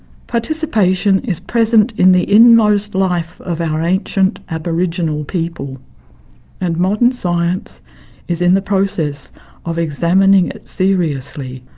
participation is present in the innermost life of our ancient aboriginal people and modern science is in the process of examining it seriously,